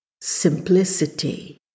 simplicity